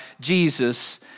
Jesus